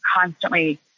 constantly